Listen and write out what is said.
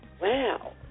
Wow